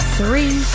three